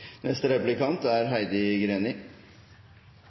Neste replikant er